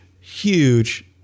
huge